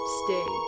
stay